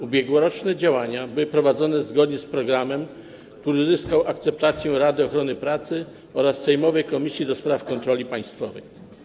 Ubiegłoroczne działania były prowadzone zgodnie z programem, który uzyskał akceptację Rady Ochrony Pracy oraz sejmowej Komisji do Spraw Kontroli Państwowej.